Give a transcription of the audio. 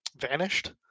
vanished